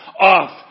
off